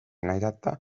näidata